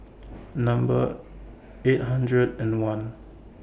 Number eight hundred and one